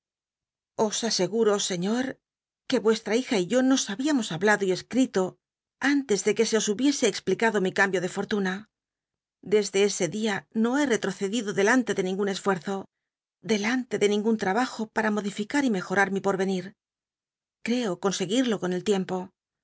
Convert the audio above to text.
os asegu ro señor que vuestra hija y yo nos habíamos hablado y escrito antes de que os hubiese explicado mi cambio de fo t'tuna desde ese dia no he retl'ocedido delante de ningun esfuerzo delante de ningun trabajo pata modificar y mejot u mi potvenir creo conseguido con el tiempo